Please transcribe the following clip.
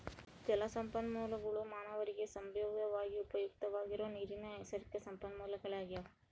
ಜಲಸಂಪನ್ಮೂಲಗುಳು ಮಾನವರಿಗೆ ಸಂಭಾವ್ಯವಾಗಿ ಉಪಯುಕ್ತವಾಗಿರೋ ನೀರಿನ ನೈಸರ್ಗಿಕ ಸಂಪನ್ಮೂಲಗಳಾಗ್ಯವ